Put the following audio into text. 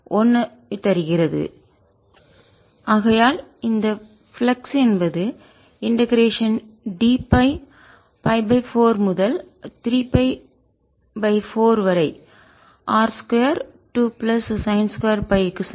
dS43π4dϕ01dz R22sin2ϕ ஆகையால் இந்த ஃப்ளக்ஸ் என்பது இண்டெகரேஷன் dΦ π 4 முதல் 3 π 4 வரை R 2 2 பிளஸ் சைன் 2 Φ க்கு சமம்